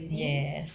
yes